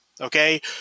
okay